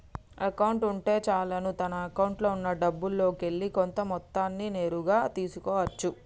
account ఉంటే చాలును తన అకౌంట్లో ఉన్నా డబ్బుల్లోకెల్లి కొంత మొత్తాన్ని నేరుగా తీసుకో అచ్చు